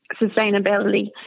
sustainability